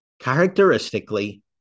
Characteristically